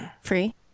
Free